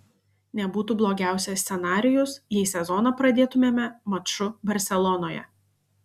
nebūtų blogiausias scenarijus jei sezoną pradėtumėme maču barselonoje